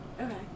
okay